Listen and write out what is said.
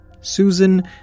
Susan